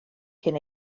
cyn